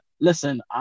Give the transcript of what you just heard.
Listen